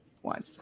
one